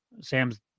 sam's